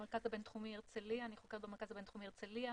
אני חוקרת במרכז הבינתחומי הרצליה.